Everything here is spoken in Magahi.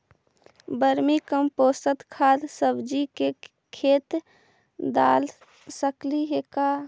वर्मी कमपोसत खाद सब्जी के खेत दाल सकली हे का?